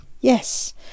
Yes